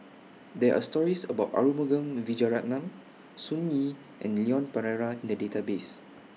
There Are stories about Arumugam Vijiaratnam Sun Yee and Leon Perera in The Database